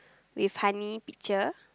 with honey picture